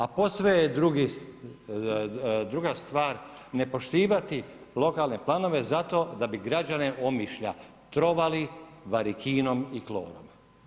A posve je druga stvar, ne poštovati lokalne planove, zato da bi građane Omišlja trovali varikinom i klorom.